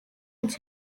its